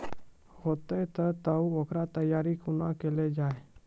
हेतै तअ ओकर तैयारी कुना केल जाय?